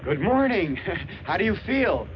good morning how do you feel